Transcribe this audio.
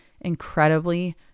incredibly